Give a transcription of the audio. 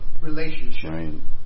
relationship